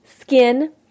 skin